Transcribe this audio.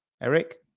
Eric